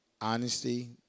Honesty